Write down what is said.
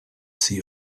see